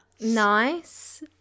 Nice